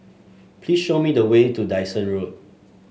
please show me the way to Dyson Road